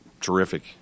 terrific